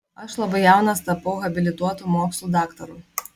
aš labai jaunas tapau habilituotu mokslų daktaru